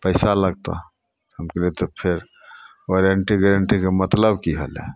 पइसा लगतऽ हम कहलिए तऽ फेर वारन्टी गारन्टीके मतलब कि होलै